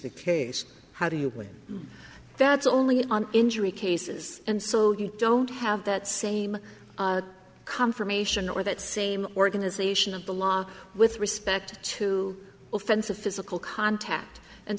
the case how do you win that's only on injury cases and so you don't have that same confirmation or that same organisation of the law with respect to the offense of physical contact and